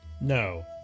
no